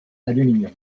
aluminium